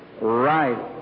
right